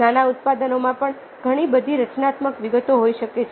નાના ઉત્પાદનોમાં પણ ઘણી બધી રચનાત્મક વિગતો હોઈ શકે છે